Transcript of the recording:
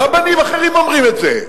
רבנים אחרים אומרים את זה.